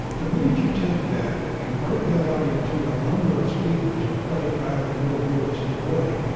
the minute you take that and break that out into a number of speakers and play it back in a more realistic way,